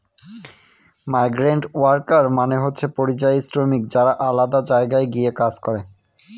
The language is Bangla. মাইগ্রান্টওয়ার্কার মানে হচ্ছে পরিযায়ী শ্রমিক যারা আলাদা জায়গায় গিয়ে কাজ করে